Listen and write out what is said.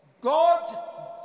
God